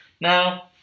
Now